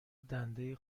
دنده